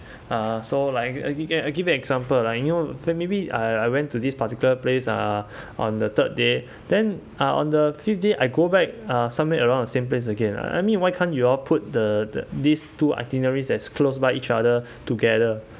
uh so like aggregate uh I give you example lah like you know so maybe uh I I went to this particular place uh on the third day then uh on the fifth day I go back uh somewhere around the same place again uh I mean why can't you all put the these two itineraries as close by each other together